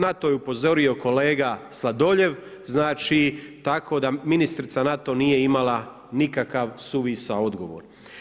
Na to je upozorio kolega Sladoljev, znači tako da ministrica na to nije imala nikakav suvisao odgovor.